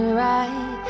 right